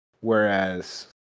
Whereas